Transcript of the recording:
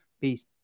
Peace